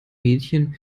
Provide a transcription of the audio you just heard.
mädchen